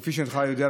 כפי שהינך יודע,